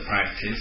practice